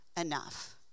enough